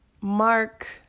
mark